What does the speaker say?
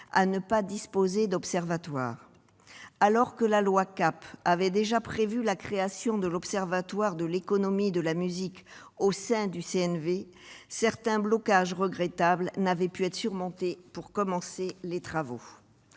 à ne pas disposer d'observatoire. Alors que la loi LCAP avait déjà prévu la création d'un observatoire de l'économie de la musique au sein du CNV, certains blocages regrettables n'avaient pas pu être surmontés. Il est